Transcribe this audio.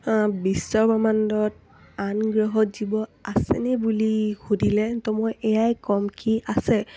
বিশ্বব্ৰহ্মাণ্ডত আন গ্ৰহত জীৱ আছেনে বুলি সুধিলে ত' মই এয়াই ক'ম কি আছে